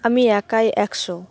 আমি একাই একশো